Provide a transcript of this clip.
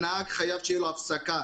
הנהג חייב שתהיה לו הפסקה.